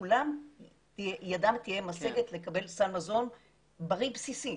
שכולם ידם תהיה משגת לקבל סל מזון בריא בסיסי,